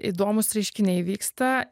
įdomūs reiškiniai vyksta